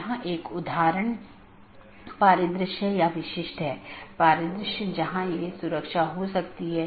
इसलिए एक multihome agent autonomous सिस्टमों के प्रतिबंधित सेट के लिए पारगमन कि तरह काम कर सकता है